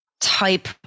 type